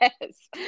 yes